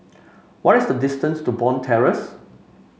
what is the distance to Bond Terrace